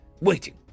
waiting